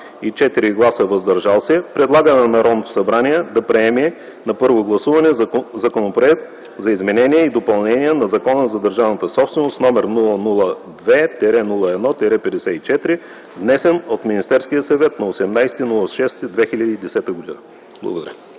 и 4 гласа „въздържал се” предлага на Народното събрание да приеме на първо гласуване Законопроект за изменение и допълнение на Закона за държавната собственост, № 002-01-54, внесен от Министерския съвет на 18 юни 2010 г.” Благодаря.